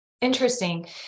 Interesting